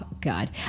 God